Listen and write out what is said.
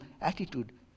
attitude